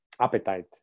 appetite